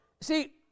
see